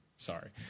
Sorry